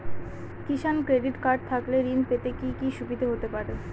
কিষান credit card থাকলে ঋণ পেতে কি কি সুবিধা হতে পারে?